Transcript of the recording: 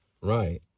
right